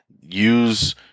use